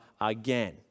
again